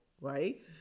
right